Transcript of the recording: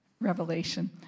revelation